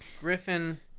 Griffin